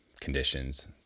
conditions